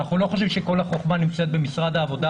אנחנו לא חושבים שכל החכמה נמצאת במשרד העבודה,